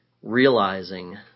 realizing